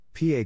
PA